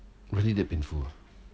really that painful uh